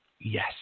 Yes